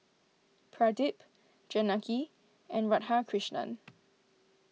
Pradip Janaki and Radhakrishnan